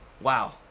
Wow